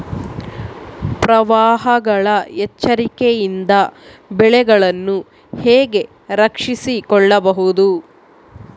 ಪ್ರವಾಹಗಳ ಎಚ್ಚರಿಕೆಯಿಂದ ಬೆಳೆಗಳನ್ನು ಹೇಗೆ ರಕ್ಷಿಸಿಕೊಳ್ಳಬಹುದು?